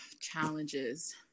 Challenges